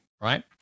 right